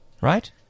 Right